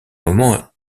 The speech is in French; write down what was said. moment